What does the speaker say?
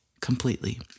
completely